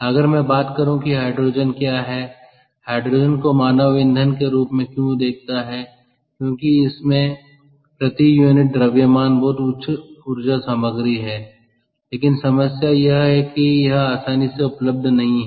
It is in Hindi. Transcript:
अगर मैं बात करूं कि हाइड्रोजन क्या है हाइड्रोजन को मानव ईंधन के रूप में क्यों देखता है क्योंकि इसमें प्रति यूनिट द्रव्यमान बहुत उच्च ऊर्जा सामग्री है लेकिन समस्या यह है कि यह आसानी से उपलब्ध नहीं है